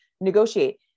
negotiate